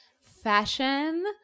fashion